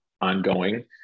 ongoing